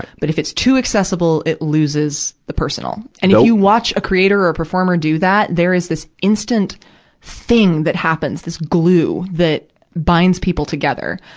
but if it's too accessible, it loses the personal. and if you know you watch a creator or performer do that, there is this instant thing that happens, this glue that binds people together.